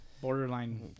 Borderline